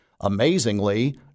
Amazingly